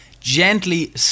gently